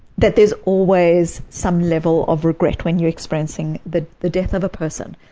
that there's always some level of regret when you're experiencing the the death of a person.